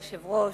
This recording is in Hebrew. אדוני היושב-ראש,